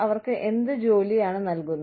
അവർക്ക് എന്ത് ജോലിയാണ് നൽകുന്നത്